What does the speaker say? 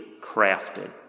crafted